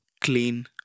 clean